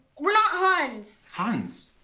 we're not huns! huns?